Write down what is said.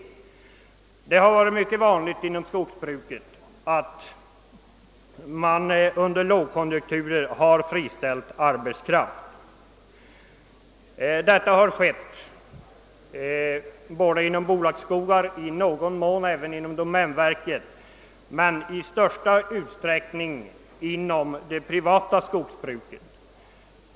Under lågkonjunkturer har det varit mycket vanligt inom skogsbruket att friställa arbetskraft. Det har man gjort inom bolagsskogarna, i någon mån också inom domänverket, men i största utsträckning inom det privata skogsbruket.